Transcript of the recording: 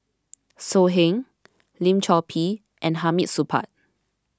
So Heng Lim Chor Pee and Hamid Supaat